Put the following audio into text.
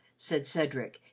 said cedric,